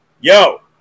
yo